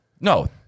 No